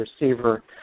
receiver